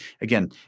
again